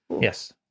Yes